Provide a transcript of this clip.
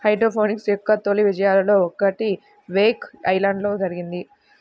hydroponics యొక్క తొలి విజయాలలో ఒకటి వేక్ ఐలాండ్లో జరిగింది